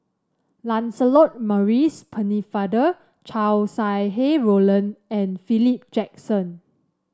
Lancelot Maurice Pennefather Chow Sau Hai Roland and Philip Jackson